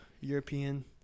European